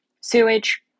sewage